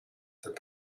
their